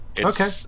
Okay